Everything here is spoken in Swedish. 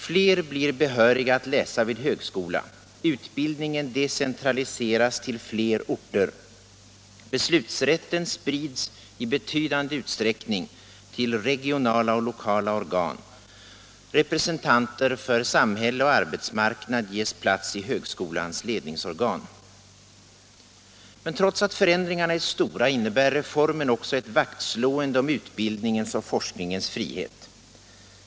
Fler blir behöriga att läsa vid högskola, utbildningen decentraliseras till fler orter, beslutsrätten sprids i betydande utsträckning till regionala och lokala organ, representanter för samhälle och arbetsmarknad ges plats i högskolans ledningsorgan. Men trots att förändringarna är stora innebär reformen också ett vaktslående om utbildningens och forskningens frihet.